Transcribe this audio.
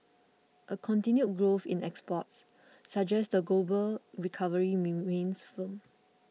a continued growth in exports suggest the global recovery remains firm